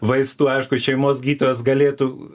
vaistų aišku šeimos gydytojas galėtų